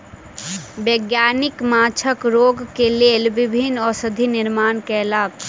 वैज्ञानिक माँछक रोग के लेल विभिन्न औषधि निर्माण कयलक